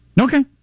Okay